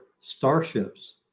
starships